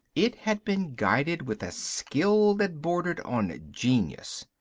it had been guided with a skill that bordered on genius.